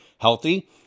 healthy